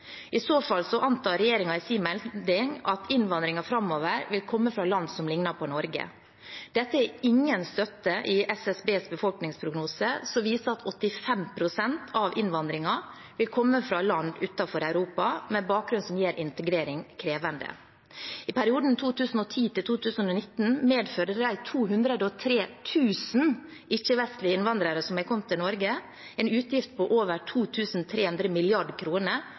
I så fall antar regjeringen i sin melding at innvandringen framover vil komme fra land som ligner på Norge. Dette har ingen støtte i SSBs befolkningsprognose, som viser at 85 pst. av innvandringen vil komme fra land utenfor Europa og med en bakgrunn som gjør integrering krevende. I perioden 2010–2019 medførte 203 000 ikke-vestlige innvandrere som var kommet til Norge, en utgift på over